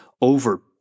over